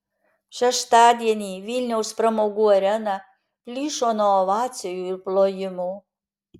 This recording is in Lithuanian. šeštadienį vilniaus pramogų arena plyšo nuo ovacijų ir plojimų